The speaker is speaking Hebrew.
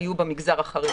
היו במגזר החרדי.